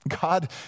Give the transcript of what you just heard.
God